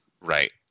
Right